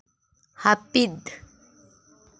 ᱦᱟᱹᱯᱤᱫ